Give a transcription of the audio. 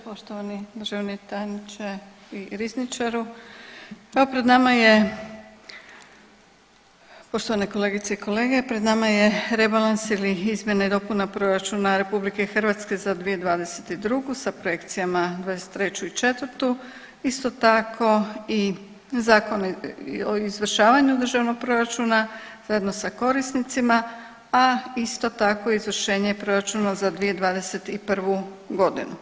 Poštovani državni tajniče i rizničaru, evo pred nama je, poštovane kolegice i kolege, pred nama je rebalans ili izmjena i dopuna proračuna RH za 2022. sa projekcijama za '23. i '24. isto tako i Zakon o izvršavanju državnog proračuna zajedno sa korisnicima, a isto tako izvršenje proračuna za 2021. godinu.